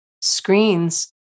Screens